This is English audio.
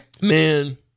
Man